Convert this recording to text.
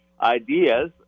ideas